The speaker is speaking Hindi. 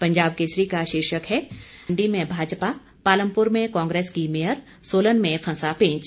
पंजाब केसरी का शीर्षक है धर्मशाला मंडी में भाजपा पालमपुर में कांग्रेस की मेयर सोलन में फंसा पेंच